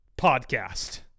podcast